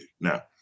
now